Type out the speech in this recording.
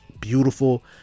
beautiful